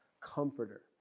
comforter